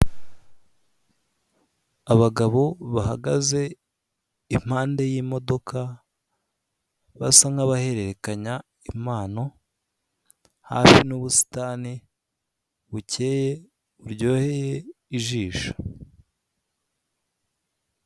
Abagabo bahagaze impande y'imodoka, basa n'abahererekanya impano, hafi n'ubusitani bukeye, buryoheye ijisho.